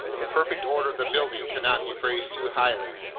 the perfect order of the building cannot be praised too highly,